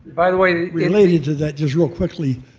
by the way, related to that just real quickly,